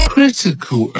Critical